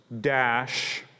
dash